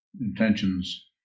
intentions